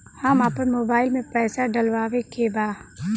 हम आपन मोबाइल में पैसा डलवावे के बा?